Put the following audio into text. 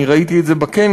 אני ראיתי את זה בכנס,